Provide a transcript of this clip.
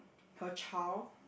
her child